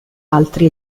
altri